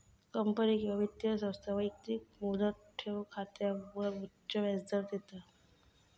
company किंवा वित्तीय संस्था व्यक्तिक मुदत ठेव खात्यावर उच्च व्याजदर देता